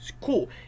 cool